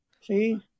See